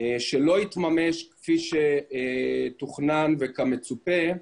שלא התממש כפי שתוכנן וכמצופה,